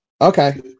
Okay